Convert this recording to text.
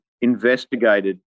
investigated